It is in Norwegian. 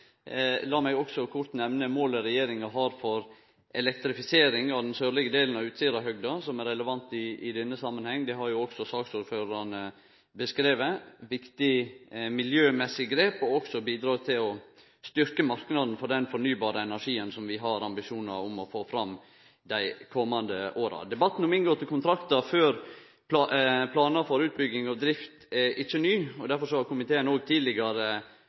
meg også kort nemne målet regjeringa har for elektrifisering av den sørlege delen av Utsirahøgda, som er relevant i denne samanhengen – det har jo også saksordførarane beskrive. Det er eit viktig miljømessig grep og bidreg også til å styrkje marknaden for den fornybare energien som vi har ambisjonar om å få fram dei komande åra. Debatten om inngåtte kontraktar før planar for utbygging og drift er godkjende, er ikkje ny. Derfor har komiteen òg tidlegare